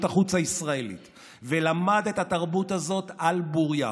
החוץ הישראלי ולמד את התרבות הזאת על בורייה.